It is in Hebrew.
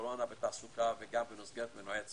הקורונה בתעסוקה וגם במסגרת מנועי צמיחה,